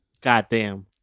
Goddamn